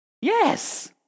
Yes